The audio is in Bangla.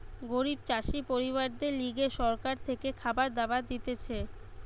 গরিব চাষি পরিবারদের লিগে সরকার থেকে খাবার দাবার দিতেছে